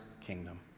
kingdom